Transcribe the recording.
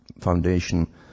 Foundation